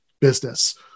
business